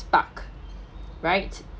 spark right